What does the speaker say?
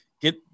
Get